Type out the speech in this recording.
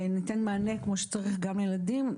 וניתן מענה כמו שצריך גם לילדים,